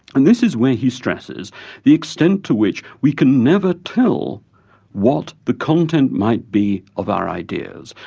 and this is where he stresses the extent to which we can never tell what the content might be of our ideas,